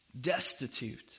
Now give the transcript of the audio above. destitute